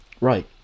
Right